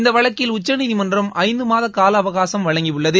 இந்த வழக்கில் உச்சநீதிமன்றம் ஐந்து மாத கால அவகாசம் வழங்கியுள்ளது